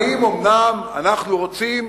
האם אומנם אנחנו רוצים